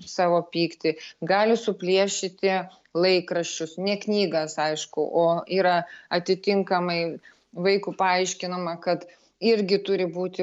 savo pyktį gali suplėšyti laikraščius ne knygas aišku o yra atitinkamai vaikui paaiškinama kad irgi turi būti